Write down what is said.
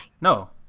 No